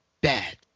bad